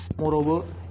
Moreover